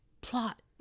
Plot